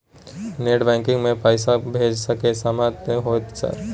Net banking से पैसा भेज सके सामत होते सर?